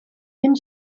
une